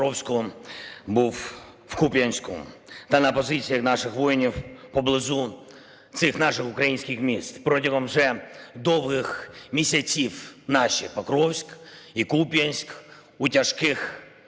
Покровську, був в Куп'янську та на позиціях наших воїнів поблизу цих наших українських міст. Протягом вже довгих місяців наші Покровськ і Куп'янськ у тяжких